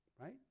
right